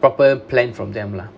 proper plan from them lah